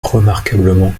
remarquablement